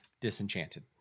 Disenchanted